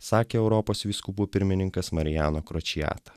sakė europos vyskupų pirmininkas marijano kročijata